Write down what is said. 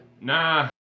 Nah